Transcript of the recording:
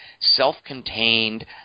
self-contained